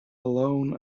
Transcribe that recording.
alone